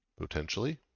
potentially